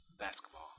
Basketball